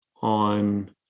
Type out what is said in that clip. on